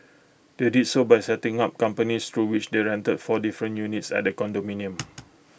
they did so by setting up companies through which they rented four different units at condominium